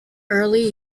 early